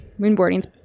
Moonboarding's